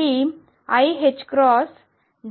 కాబట్టి iℏ∂ψ∂t